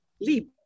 leap